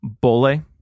bole